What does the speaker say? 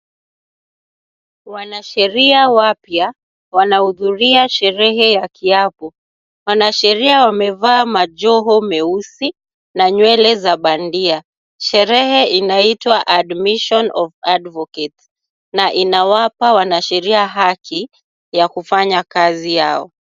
Wanasheria wapya wanahudhuria sherehe ya kiapo. Wanasheria wamevaa majoho meusi na nywele za bandia. Sherehe inaitwa Admission of advocates na inawapa wanasheria haki ya kufanya kazi yao.